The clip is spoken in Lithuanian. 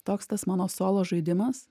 toks tas mano solo žaidimas